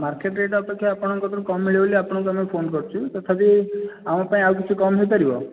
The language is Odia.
ମାର୍କେଟରେ ଏଇଟା ଅପେକ୍ଷା ଆପଣଙ୍କ ପାଖରୁ କମ୍ ମିଳିବ ବୋଲି ଆପଣଙ୍କୁ ଆମେ ଫୋନ କରିଛୁ ତଥାପି ଆମ ପାଇଁ ଆଉ କିଛି କମ୍ ହେଇପାରିବ